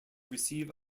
receive